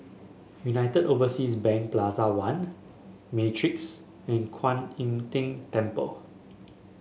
United Overseas Bank Plaza One Matrix and Kuan Im Tng Temple